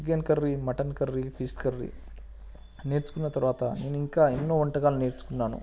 chicken curry mutton curry fish curry నేర్చుకున్న తర్వాత నేను ఇంకా ఎన్నో వంటకాలు నేర్చుకున్నాను